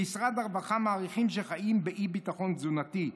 שמשרד הרווחה מעריכים שחיים באי-ביטחון תזונתי,